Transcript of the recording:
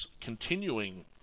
continuing